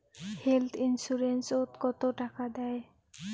Health insurance ওত কত টাকা দেয়?